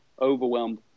overwhelmed